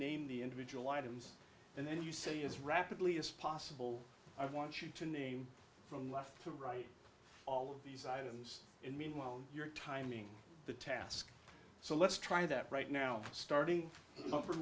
name the individual items and then you say as rapidly as possible i want you to name from left to right all of these items and meanwhile you're timing the task so let's try that right now starting